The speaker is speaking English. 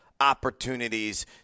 opportunities